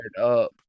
up